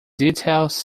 details